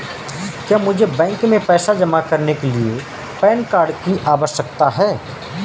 क्या मुझे बैंक में पैसा जमा करने के लिए पैन कार्ड की आवश्यकता है?